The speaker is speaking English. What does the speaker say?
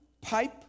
pipe